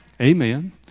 Amen